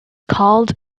called